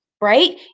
right